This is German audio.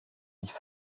nicht